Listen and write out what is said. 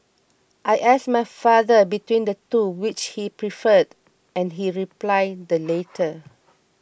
I asked my father between the two which he preferred and he replied the latter